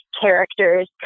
characters